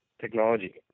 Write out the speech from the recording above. technology